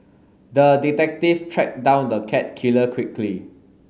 the detective tracked down the cat killer quickly